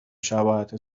شباهت